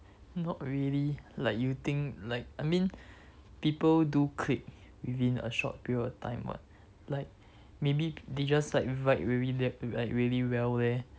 not really like you think like I mean people do click within a short period of time [what] like maybe they just like vibe very like very well leh